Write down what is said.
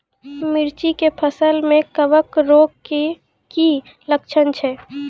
मिर्ची के फसल मे कवक रोग के की लक्छण छै?